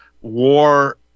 war